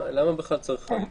למה בכלל צריך חריג כזה?